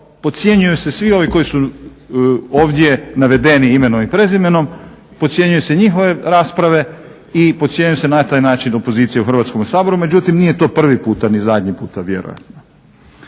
podcjenjuju se svi ovi koji su ovdje navedeni imenom i prezimenom, podcjenjuju se njihove rasprave i podcjenjuje se na taj način opozicija u Hrvatskom saboru, međutim nije to prvi puta ni zadnji put vjerojatno.